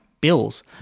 bills